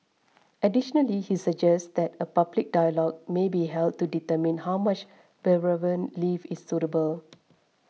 additionally he suggests that a public dialogue may be held to determine how much bereavement leave is suitable